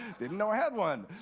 didn't know i had one.